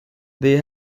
they